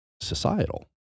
societal